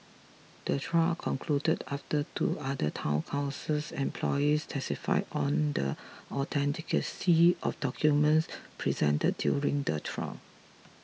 the trial concluded after two other Town Councils employees testified on the authenticity of documents presented during the trial